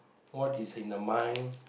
what is in their mind